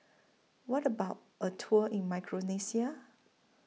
What about A Tour in Micronesia